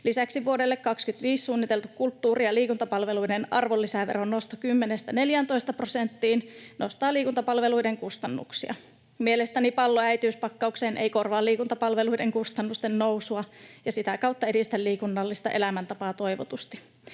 Lisäksi vuodelle 25 suunniteltu kulttuuri- ja liikuntapalveluiden arvonlisäveron nosto 10:stä 14 prosenttiin nostaa liikuntapalveluiden kustannuksia. Mielestäni pallo äitiyspakkaukseen ei korvaa liikuntapalveluiden kustannusten nousua ja sitä kautta edistä liikunnallista elämäntapaa toivotusti.